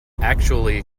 actually